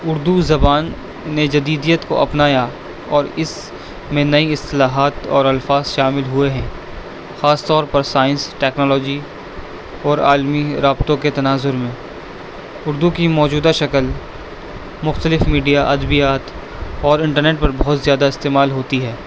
اردو زبان نے جدیدت کو اپنایا اور اس میں نئی اصلاحات اور الفاظ شامل ہوئے ہیں خاص طور پر سائنس ٹیکنالاجی اور عالمی رابطوں کے تناظر میں اردو کی موجودہ شکل مختلف میڈیا ادبیات اور انٹرنیٹ پر بہت زیادہ استعمال ہوتی ہے